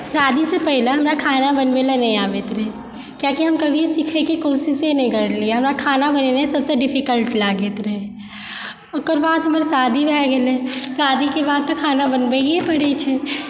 शादीसे पहिले हमरा खाना बनबयलऽ नहि आबैत रहै कियाकि हम कभी सिखयके कोशिशे नहि करलियै हमरा खाना बनेनाए सभसँ डिफिकल्ट लागैत रहय ओकर बाद हमर शादी भै गेलय शादीके बाद तऽ खाना बनबियै पड़ैत छै